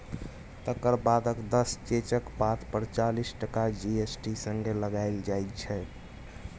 तकर बादक दस चेकक पात पर चालीस टका जी.एस.टी संगे लगाएल जाइ छै